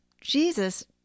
Jesus